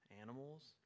Animals